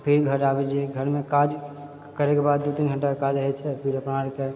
फिर घर आबैछी घरमे काज करैके बाद दू तीन घण्टाके काज रहैछे फिर हमरा आर के